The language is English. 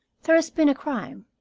there has been a crime,